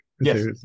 Yes